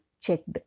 checked